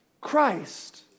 Christ